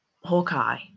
Hawkeye